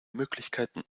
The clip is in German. möglichkeiten